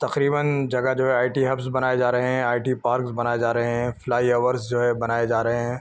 تقریباً جگہ جگہ آئی ٹی ہبس بنائے جا رہے ہیں آئی ٹی پارکس بنائے جا رہے ہیں فلائی اوورس جو ہے بنائے جا رہے ہیں